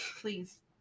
Please